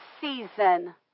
season